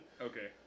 Okay